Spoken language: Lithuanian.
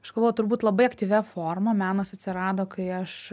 aš galvoju turbūt labai aktyvia forma menas atsirado kai aš